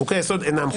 חוקי היסוד אינם חוקה.